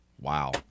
Wow